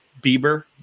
bieber